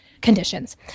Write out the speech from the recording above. conditions